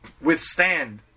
withstand